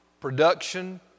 production